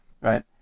right